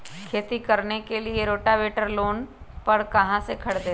खेती करने के लिए रोटावेटर लोन पर कहाँ से खरीदे?